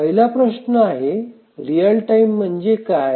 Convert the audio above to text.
पहिला प्रश्न आहे रियल टाइम म्हणजे काय